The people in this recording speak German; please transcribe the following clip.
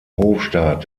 hofstaat